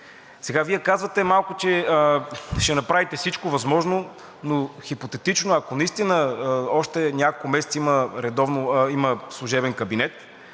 Сега Вие казвате, че ще направите всичко възможно, но хипотетично, ако наистина още няколко месеца има служебен кабинет,